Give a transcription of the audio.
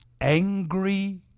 angry